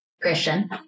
Christian